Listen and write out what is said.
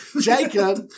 Jacob